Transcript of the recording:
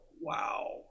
wow